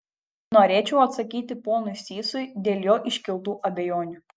norėčiau atsakyti ponui sysui dėl jo iškeltų abejonių